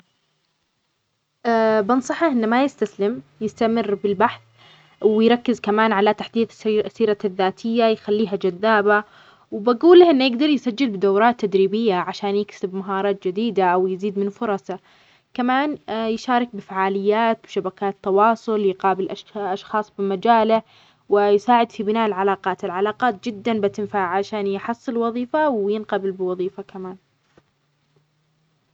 أول شيء، حاول تكون صبور لأن سوق العمل يحتاج وقت أحيانًا. جرب توسع دائرة بحثك، سواء كانت داخل البلد أو خارجها. حاول تكوّن شبكة علاقات مع الناس في مجالك، سواء عن طريق لينكدإن أو حضور فعاليات ومؤتمرات.